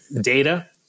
data